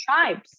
tribes